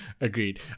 Agreed